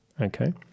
Okay